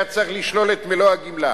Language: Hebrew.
היה צריך לשלול את מלוא הגמלה.